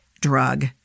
drug